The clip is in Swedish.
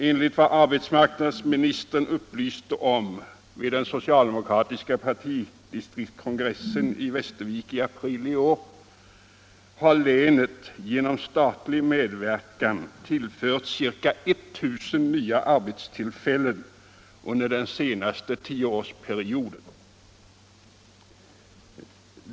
Enligt vad arbetsmarknadsministern upplyste om vid den socialdemokratiska partidistriktskongressen i Västervik i april i år har länet genom statlig medverkan tillförts ca 1000 nya arbetstillfällen under den senaste tioårsperioden.